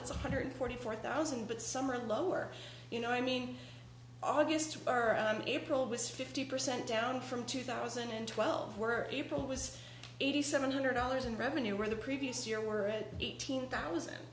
that's one hundred forty four thousand but some are lower you know i mean august april was fifty percent down from two thousand and twelve were april was eighty seven hundred dollars in revenue or the previous year were at eighteen thousand